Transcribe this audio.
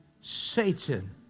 Satan